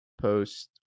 post